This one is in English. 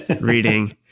reading